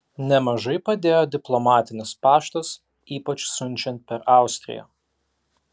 nemažai padėjo diplomatinis paštas ypač siunčiant per austriją